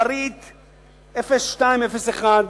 פריט 02.01,